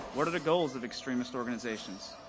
what are the goals of extremist organizations?